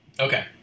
okay